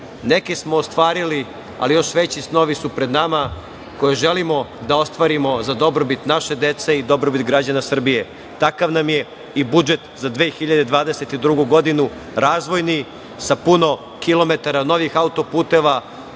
Neke smo ostvarili, ali još veći snovi su pred nama koje želimo da ostvarimo za dobrobit naše dece i dobrobit građana Srbije. Takav nam je i budžet za 2022. godinu, razvojni, sa puno kilometara novih autoputeva,